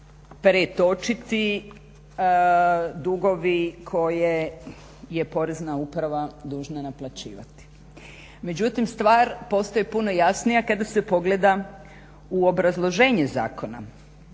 pretočiti dugovi koje je porezna uprava dužna naplaćivati. Međutim, stvar postaje puno jasnija kada se pogleda u obrazloženje Zakona.